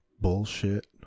bullshit